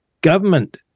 government